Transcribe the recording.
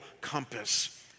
compass